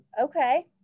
okay